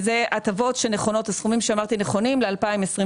הסכומים שאמרתי נכונים ל-2023.